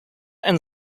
and